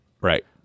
Right